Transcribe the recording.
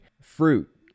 fruit